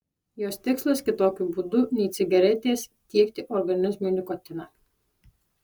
jos tikslas kitokiu būdu nei cigaretės tiekti organizmui nikotiną